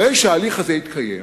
אחרי שההליך הזה יתקיים